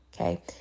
Okay